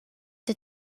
the